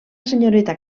senyoreta